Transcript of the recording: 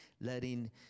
letting